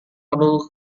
perlu